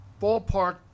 ballpark